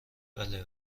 بله